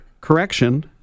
Correction